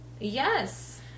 Yes